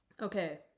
Okay